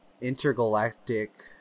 intergalactic